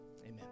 amen